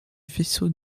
vaisseau